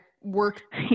work